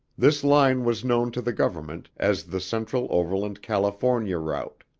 this line was known to the government as the central overland california route.